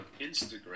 Instagram